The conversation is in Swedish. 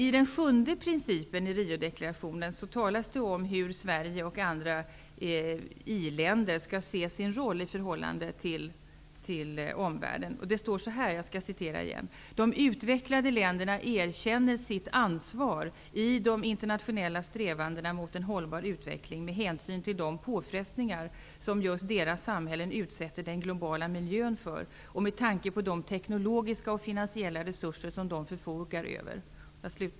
I Riodeklarationens sjunde princip talas det om hur Sverige och andra i-länder skall se sin roll i förhållande till omvärden. Jag skall citera igen: ''De utvecklade länderna erkänner sitt ansvar i de internationella strävandena mot en hållbar utveckling med hänsyn till de påfrestningar som just deras samhällen utsätter den globala miljön för och med tanke på de teknologiska och finansiella resurser som de förfogar över.''